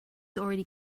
already